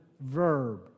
Verb